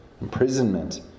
imprisonment